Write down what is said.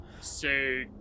Say